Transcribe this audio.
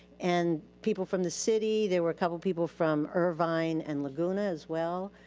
and people from the city, there were a couple people from irvine and laguna as well.